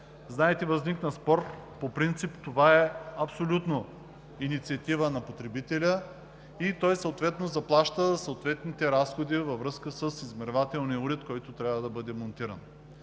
Знаете, възникна спор – по принцип това е абсолютно инициатива на потребителя и той заплаща съответните разходи във връзка с измервателния уред, който трябва да бъде монтиран.